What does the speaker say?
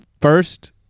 first